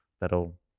that'll